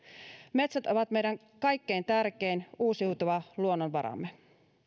metsät ovat meidän kaikkein tärkein uusiutuva luonnonvaramme